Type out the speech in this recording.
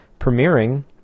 premiering